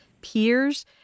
peers –